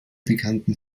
bekannten